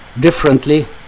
differently